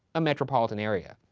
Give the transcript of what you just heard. a metropolitan area.